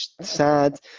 sad